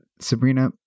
Sabrina